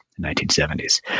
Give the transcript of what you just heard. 1970s